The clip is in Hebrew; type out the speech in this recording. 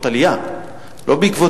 שלא?